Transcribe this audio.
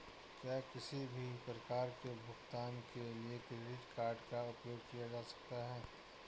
क्या किसी भी प्रकार के भुगतान के लिए क्रेडिट कार्ड का उपयोग किया जा सकता है?